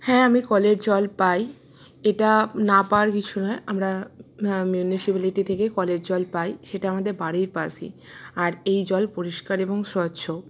হ্যাঁ আমি কলের জল পাই এটা না পাওয়ার কিছু নয় আমরা মিউনিসিপ্যালিটি থেকে কলের জল পাই সেটা আমাদের বাড়ির পাশেই আর এই জল পরিষ্কার এবং স্বচ্ছ